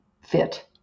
fit